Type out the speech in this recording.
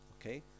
Okay